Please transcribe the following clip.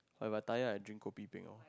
when I'm tired I drink kopi peng lor